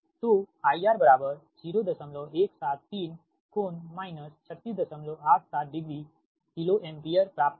तो IR 0173 कोण minus 3687 degree kilo ampere प्राप्त होगी